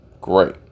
Great